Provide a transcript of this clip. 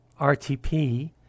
RTP